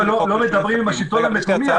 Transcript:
לא מדברים עם השלטון המקומי,